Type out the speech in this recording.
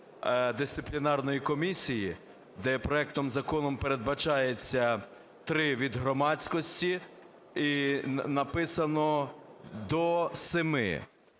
дисциплінарної комісії, де проектом закону передбачається 3 – від громадськості і написано – до 7.